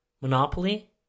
monopoly